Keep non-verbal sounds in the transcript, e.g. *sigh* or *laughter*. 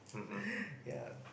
*breath* yea